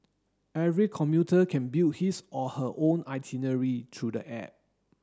every commuter can build his or her own itinerary through the app